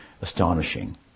astonishing